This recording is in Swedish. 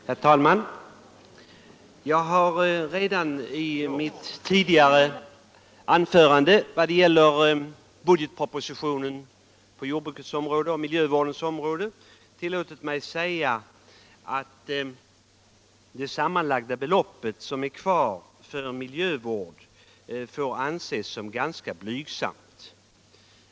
Herr talman! Jag har redan i mitt tidigare anförande rörande budgetpropositionen för jordbrukets och miljövårdens områden tillåtit mig säga att det sammanlagda kvarstående beloppet för miljövård får anses ganska blygsamt.